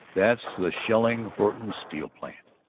that's the shelling-horton steel plant,